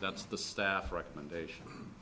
that's the staff recommendation